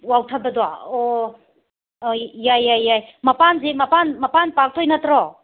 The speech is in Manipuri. ꯋꯥꯎꯊꯕꯗꯣ ꯑꯣ ꯌꯥꯏ ꯌꯥꯏ ꯌꯥꯏ ꯃꯄꯥꯟꯁꯦ ꯃꯄꯥꯟ ꯃꯄꯥꯟ ꯄꯥꯛꯇꯣꯏ ꯅꯠꯇ꯭ꯔꯣ